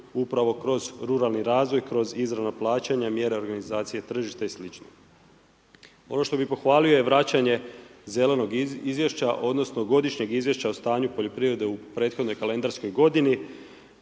upravo kroz ruralni razvoj, kroz izravna plaćanja, mjere organizacija tržišta i slično. Ono što bih pohvalio je vraćanje zelenog izvješća odnosno godišnjeg izvješća o stanju poljoprivrede u prethodnoj kalendarskoj godini